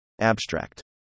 Abstract